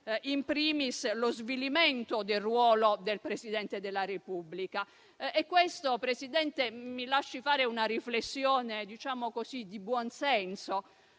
*in primis* lo svilimento del ruolo del Presidente della Repubblica. Questo - Presidente, mi lasci fare una riflessione di buonsenso